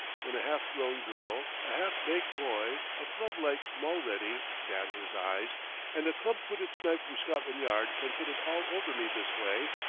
when a half-grown girl, a half-baked boy, a flub like mulready damn his eyes and a club-footed snipe from scotland yard can put it all over me this way.